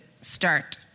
start